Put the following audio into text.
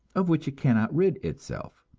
of which it cannot rid itself,